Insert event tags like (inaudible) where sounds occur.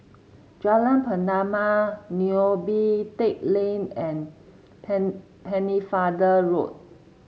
Jalan Pernama Neo Pee Teck Lane and (unintelligible) Pennefather Road